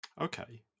Okay